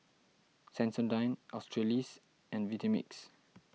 Sensodyne Australis and Vitamix